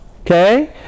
Okay